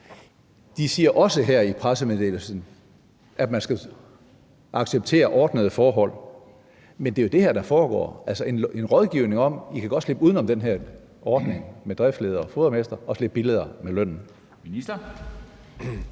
De siger også her i pressemeddelelsen, at man skal acceptere ordnede forhold. Men det er jo det her, der foregår, altså en rådgivning, hvor man siger: I kan godt slippe uden om den her ordning om driftsledere og fodermestre og slippe billigere i